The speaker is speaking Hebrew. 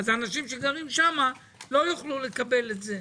אז האנשים שגרים שם לא יוכלו לקבל את זה.